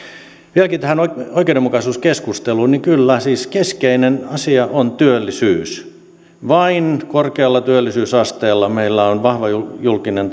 vieläkin tähän oikeudenmukaisuuskeskusteluun kyllä siis keskeinen asia on työllisyys vain korkealla työllisyysasteella meillä on vahva julkinen julkinen